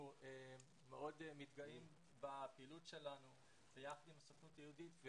אנחנו מאוד מתגאים בפעילות שלנו יחד עם הסוכנות היהודית.